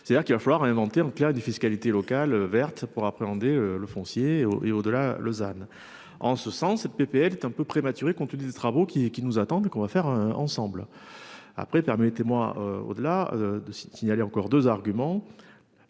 c'est-à-dire qu'il va falloir inventer là des fiscalité locale verte pour appréhender le foncier et au-delà. Lausanne en ce sens cette PPL est un peu prématurée compte tenu des travaux qui qui nous attendent qu'on va faire ensemble. Après, permettez-moi. Au-delà de ce qui allait encore 2 arguments.